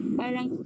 parang